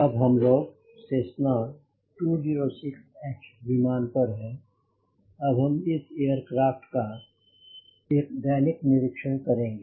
अब हम लोग सेस्सना 206 H विमान पर हैं हम अब इस एयरक्राफ़्ट का एक दैनिक निरीक्षण करेंगे